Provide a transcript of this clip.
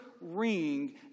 ring